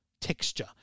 Texture